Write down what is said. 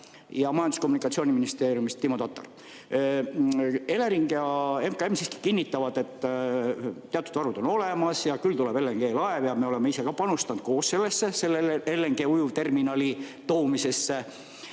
ja Majandus- ja Kommunikatsiooniministeeriumist Timo Tatar. Elering ja MKM kinnitavad, et teatud varud on olemas ja tuleb LNG‑laev ja me oleme ise ka panustanud koos sellesse LNG‑ujuvterminali toomisse